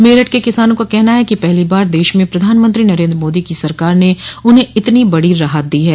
मेरठ के किसानों का कहना है कि पहली बार देश में प्रधानमंत्री नरेन्द्र मोदी की सरकार ने उन्हें इतनी बड़ी राहत दी है